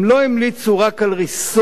הם לא המליצו רק על ריסון,